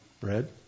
bread